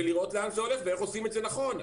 ולראות לאן זה הולך ואיך עושים את זה נכון.